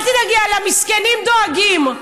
אל תדאגי, למסכנים דואגים.